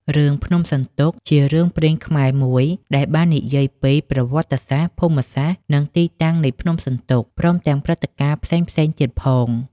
រឿង ភ្នំសន្ទុក ជារឿងព្រេងខ្មែរមួយដែលបាននិយាយពី ប្រវត្តិសាស្រ្ដ ភូមិសាស្រ្ដ និងទីតាំងនៃភ្នំសន្ទុក ព្រមទាំងព្រឹត្តិការណ៍ផ្សេងៗទៀតផង។